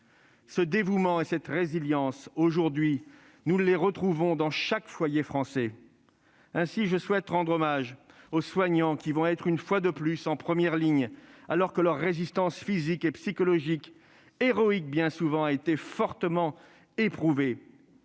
Ce dévouement et cette résilience, nous les retrouvons aujourd'hui dans chaque foyer français. Ainsi, je souhaite rendre hommage aux soignants, qui vont être une fois de plus en première ligne, alors que leur résistance physique et psychologique, héroïque bien souvent, a été fortement éprouvée.